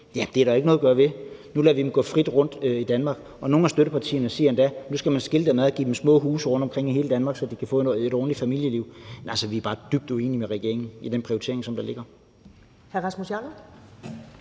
Det er der jo ikke noget at gøre ved, og nu lader vi dem gå frit rundt i Danmark. Nogle af støttepartierne siger endda, at nu skal man skille dem ad og give dem små huse rundtomkring i hele Danmark, så de kan få et ordentligt familieliv. Vi er bare dybt uenige med regeringen i den prioritering, der ligger.